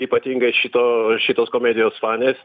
ypatingai šito šitos komedijos fanės